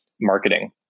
marketing